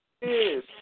Yes